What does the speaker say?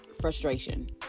frustration